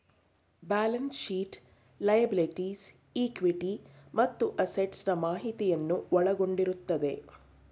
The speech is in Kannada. ಬ್ಯಾಲೆನ್ಸ್ ಶೀಟ್ ಲಯಬಲಿಟೀಸ್, ಇಕ್ವಿಟಿ ಮತ್ತು ಅಸೆಟ್ಸ್ ನಾ ಮಾಹಿತಿಯನ್ನು ಒಳಗೊಂಡಿರುತ್ತದೆ